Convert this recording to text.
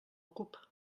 cup